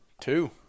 Two